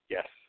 Yes